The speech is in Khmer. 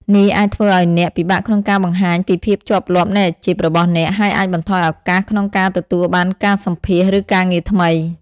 នេះអាចធ្វើឲ្យអ្នក ពិបាកក្នុងការបង្ហាញពីភាពជាប់លាប់នៃអាជីព របស់អ្នក ហើយអាចបន្ថយឱកាសក្នុងការទទួលបានការសម្ភាសន៍ ឬការងារថ្មី។